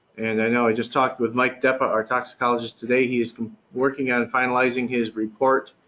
and i know, i just talked with mike deppa, our toxicologist today, he's working on finalizing his report,